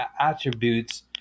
attributes